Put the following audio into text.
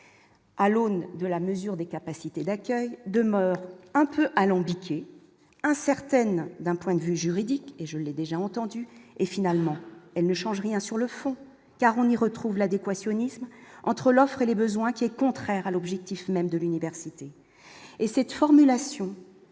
à l'aune de la mesure des capacités d'accueil demeure un peu alambiquée incertaine d'un point de vue juridique et je l'ai déjà entendu et finalement, elle ne change rien sur le fond car on y retrouve l'adéquation entre l'offre et les besoins qui est contraire à l'objectif même de l'université et cette formulation